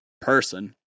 person